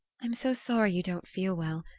i'm so sorry you don't feel well.